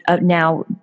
now